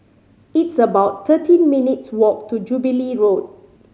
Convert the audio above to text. it's about thirteen minutes' walk to Jubilee Road